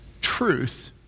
truth